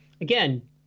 Again